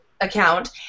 account